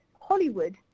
Hollywood